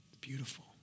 beautiful